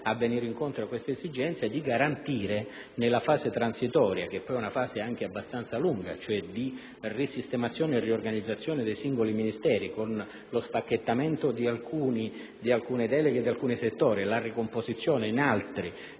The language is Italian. a venire incontro a tale esigenza - nella fase transitoria (una fase abbastanza lunga di risistemazione e riorganizzazione dei singoli Ministeri con lo spacchettamento di alcune deleghe e di alcuni settori e la ricomposizione in altri